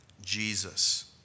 Jesus